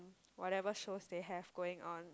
whatever shows they have going on